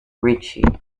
ritchie